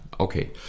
okay